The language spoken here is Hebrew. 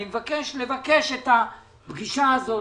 אני מבקש לבקש את הפגישה הזאת,